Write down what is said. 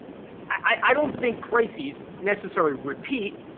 i don't think crises necessarily repeat.